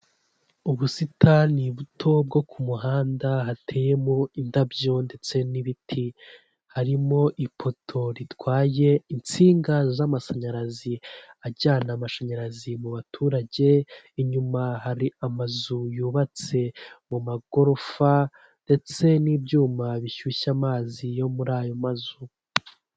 Ubusitani buto bwo ku muhanda hateyemo indabyo ndetse n'ibiti, harimo ipoto ritwaye insinga z'amashanyarazi ajyana amashanyarazi mu baturage, inyuma hari amazu yubatse mu magorofa ndetse n'ibyuma bishyushya amazi yo muri ayo mazu.